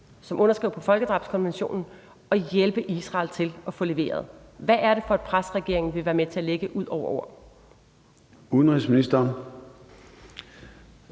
som underskriver på folkeretskonventionen at hjælpe Israel til at få leveret. Hvad er det for et pres, regeringen vil være med til at lægge ud over ord? Kl.